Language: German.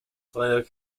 dreier